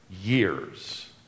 years